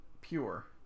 Pure